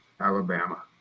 Alabama